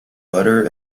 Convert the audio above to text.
butter